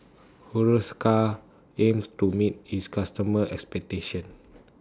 Hiruscar aims to meet its customers' expectations